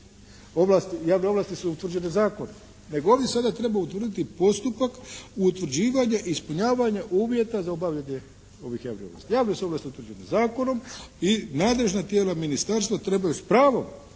javne ovlasti su utvrđene zakonom. Nego ovdje sada treba utvrditi postupak utvrđivanje ispunjavanja uvjeta za obavljanje ovih javnih ovlasti. Javne su ovlasti utvrđene zakonom i nadležna tijela ministarstva trebaju s pravom